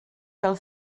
fel